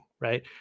right